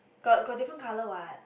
got got different colour what